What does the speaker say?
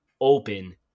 open